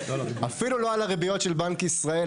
אפילו לא על הריביות של בנק ישראל.